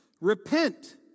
Repent